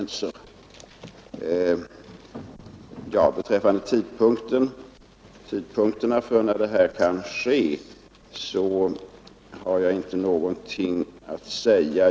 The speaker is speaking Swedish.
Beträffande frågan om när valdistriktsindelningen kan bli klar har jag inte någonting att säga.